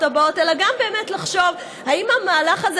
הבאות אלא באמת גם לחשוב אם המהלך הזה,